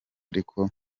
ariko